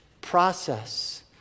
process